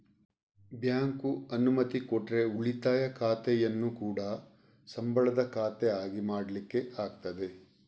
bank ಅನುಮತಿ ಕೊಟ್ರೆ ಉಳಿತಾಯ ಖಾತೆಯನ್ನ ಕೂಡಾ ಸಂಬಳದ ಖಾತೆ ಆಗಿ ಮಾಡ್ಲಿಕ್ಕೆ ಆಗ್ತದೆ